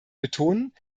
betonen